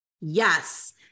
yes